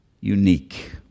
unique